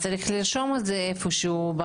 צריך לרשום את זה איפה שהוא.